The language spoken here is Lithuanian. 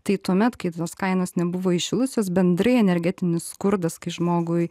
tai tuomet kai tos kainos nebuvo įšilusios bendrai energetinis skurdas kai žmogui